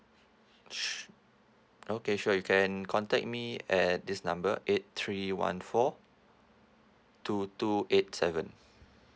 su~ okay sure you can contact me at this number eight three one four two two eight seven